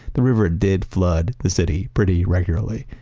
the river ah did flood the city pretty regularly,